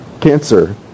cancer